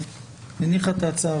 שהניחה את ההצעה.